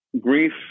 Grief